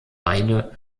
weine